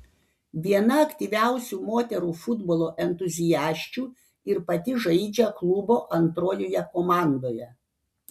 viena aktyviausių moterų futbolo entuziasčių ir pati žaidžia klubo antrojoje komandoje